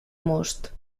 most